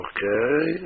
Okay